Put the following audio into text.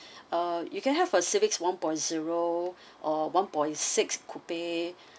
ah you can have a civic one point zero or one point six coupe